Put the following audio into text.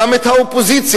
גם באופוזיציה,